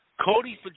Cody